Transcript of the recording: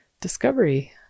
discovery